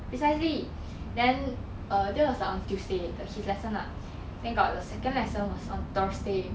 precisely then err that was like on tuesday the his lesson ah then got the second lesson was on thursday